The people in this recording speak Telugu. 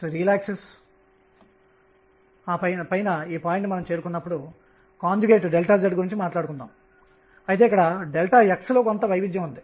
L1 అనేది L2 కంటే ఎక్కువగా ఉండవచ్చని అనుకొని నేను పరిగణించినట్లయితే ఇదే అవగతం అవుతుంది